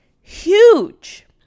huge